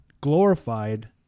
glorified